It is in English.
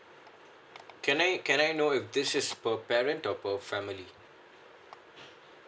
can I can I know if this is per parent or per family